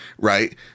right